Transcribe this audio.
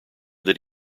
that